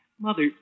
Mother